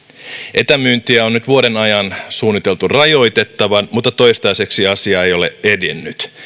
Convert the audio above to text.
etämyyntiä on nyt vuoden ajan suunniteltu rajoitettavan mutta toistaiseksi asia ei ole edennyt